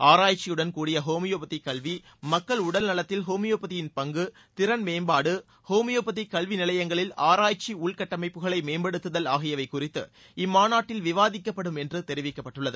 ஆராய்ச்சியுடன்கூடிய homeopathy கல்வி மக்கள் உடல் நலத்தில் ஹோமியோபதியின் பங்கு திறன் மேம்பாடு ஹோமியோபதி கல்வி நிலையங்களில் ஆராய்ச்சி உள்கட்டமைப்புகளை மேம்படுத்துதல் ஆகியவை குறித்து இம்மாநாட்டில் விவாதிக்கப்படும் என்று தெரிவிக்கப்பட்டுள்ளது